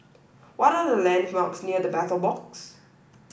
what are the landmarks near The Battle Box